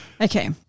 Okay